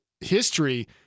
history